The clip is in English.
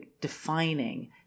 defining